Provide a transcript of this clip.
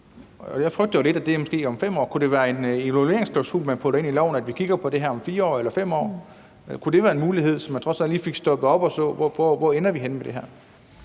jeg frygter lidt, at det måske har ændret sig om 5 år. Kunne det være en evalueringsklausul, man putter ind i loven, at vi kigger på det her om 4 år eller 5 år? Kunne det være en mulighed, så man trods alt lige fik stoppet op og så, hvor vi ender henne med det her?